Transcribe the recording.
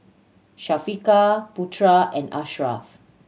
Syafiqah Putera and Ashraf